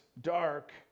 dark